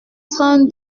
train